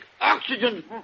oxygen